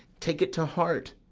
take it to heart?